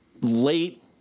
late